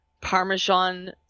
parmesan